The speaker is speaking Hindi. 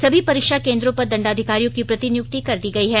सभी परीक्षा केन्द्रों पर दंडाधिकारियों की प्रतिनियुक्ति कर दी गयी है